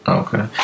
okay